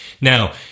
Now